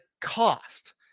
cost